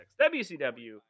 wcw